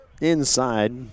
Inside